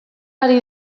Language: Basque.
ari